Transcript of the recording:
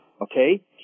Okay